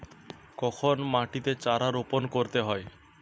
কখন মাটিতে চারা রোপণ করতে হয়?